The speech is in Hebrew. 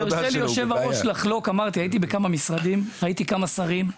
הייתי בכמה משרדים, ראיתי כמה שרים,